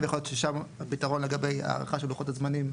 ויכול להיות ששם זה הפתרון לגבי הארכה של לוחות הזמנים.